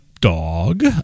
dog